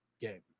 game